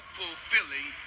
fulfilling